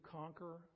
conquer